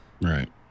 Right